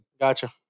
Gotcha